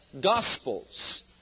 Gospels